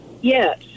Yes